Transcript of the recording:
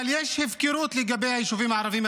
אבל יש הפקרות לגבי היישובים הערביים,